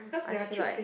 I feel like